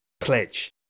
pledge